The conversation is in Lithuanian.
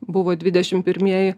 buvo dvidešim pirmieji